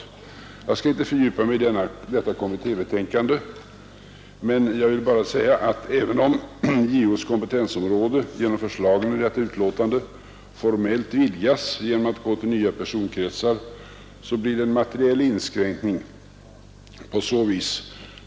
Jag skall inte fördjupa mig i detta kommittébetänkande utan bara säga att även om JO:s kompetensområde enligt förslagen i detta betänkande formellt vidgas genom att omfatta nya personkretsar, så blir det en materiell inskränkning.